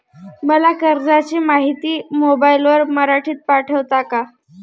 मला कर्जाची माहिती मोबाईलवर मराठीत पाठवता का?